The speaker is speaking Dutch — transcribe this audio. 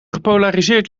gepolariseerd